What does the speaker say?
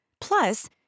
Plus